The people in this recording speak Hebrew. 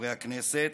חברי הכנסת,